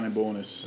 bonus